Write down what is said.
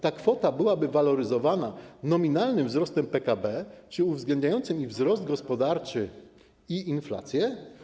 Ta kwota byłaby waloryzowana nominalnym wzrostem PKB, czyli uwzględniającym wzrost gospodarczy i inflację.